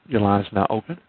your line is now open.